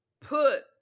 put